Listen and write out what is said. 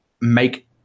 make